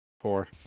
Four